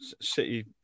City